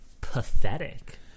pathetic